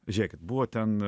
žiūrėkit buvo ten